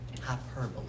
hyperbole